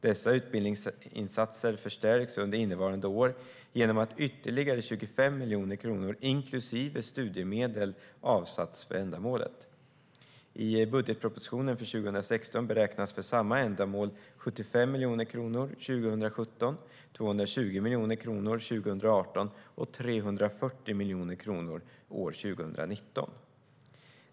Dessa utbildningsinsatser förstärks under innevarande år genom att ytterligare 25 miljoner kronor, inklusive studiemedel, avsatts för ändamålet. I budgetpropositionen för 2016 beräknas för samma ändamål 75 miljoner kronor 2017, 220 miljoner kronor 2018 och 340 miljoner kronor 2019.